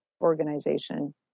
organization